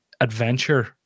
adventure